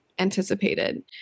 anticipated